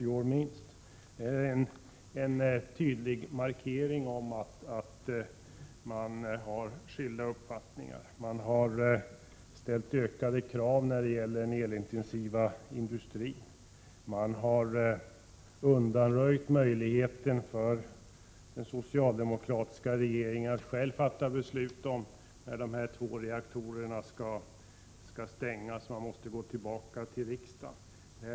Detta är en tydlig markering av de olika uppfattningar som föreligger. Det har ställts ökade krav i fråga om den elintensiva industrin. Möjligheterna för den socialdemokratiska regeringen att själv fatta beslut Prot. 1987/88:135 om när de två reaktorerna skall avvecklas har undanröjts — regeringen måste 7 juni 1988 gå till riksdagen och begära beslut.